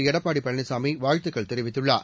எடப்பாடி பழனிசாமி வாழ்த்துக்கள் தெரிவித்குள்ளார்